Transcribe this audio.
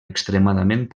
extremadament